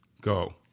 Go